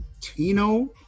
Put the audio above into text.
tino